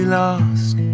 lost